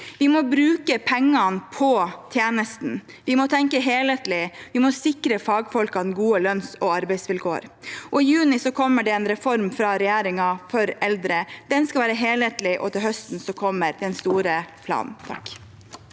Vi må bruke pengene på tjenesten, vi må tenke helhetlig, vi må sikre fagfolkene gode lønns- og arbeidsvilkår. I juni kommer det en reform for eldre fra regjeringen, den skal være helhetlig, og til høsten kommer den store planen.